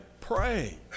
Pray